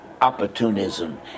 opportunism